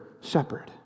shepherd